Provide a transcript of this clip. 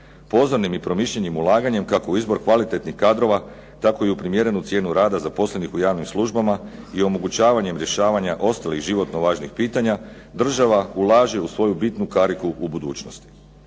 Pozornim i promišljenim ulaganjem, kako u izbor kvalitetnih kadrova, tako i u primjerenu cijenu rada zaposlenih u javnim službama i omogućavanjem rješavanja ostalih životno važnih pitanja, država ulaže u svoju bitnu kariku u budućnosti.